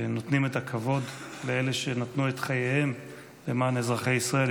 שנותנים את הכבוד לאלה שנתנו את חייהם למען אזרחי ישראל.